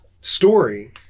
story